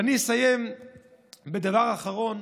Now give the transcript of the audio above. ואני אסיים בדבר אחרון.